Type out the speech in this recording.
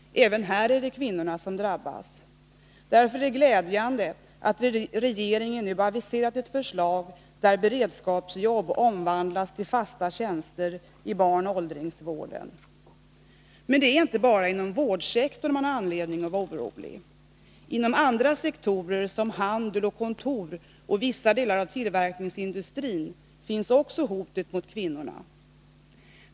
Även här är det kvinnorna som drabbas. Därför är det glädjande att regeringen nu aviserat ett förslag som innebär att beredskapsjobb omvandlas till fasta tjänster i barnoch åldringsvården. Men det är inte bara inom vårdsektorn man har anledning att vara orolig. Inom andra sektorer, som handel och kontor och vissa delar av tillverkningsindustrin, finns också hotet mot kvinnorna.